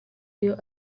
iyo